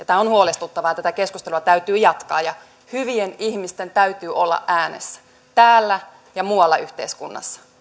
tämä on huolestuttavaa ja tätä keskustelua täytyy jatkaa ja hyvien ihmisten täytyy olla äänessä täällä ja muualla yhteiskunnassa